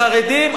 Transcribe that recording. לחרדים,